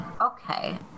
Okay